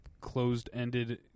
closed-ended